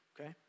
okay